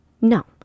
No